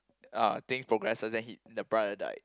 uh things progresses then he the brother died